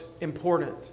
important